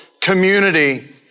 community